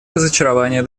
разочарования